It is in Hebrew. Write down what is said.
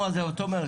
לדבר על הרבנים,